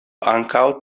ankaŭ